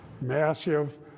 Massive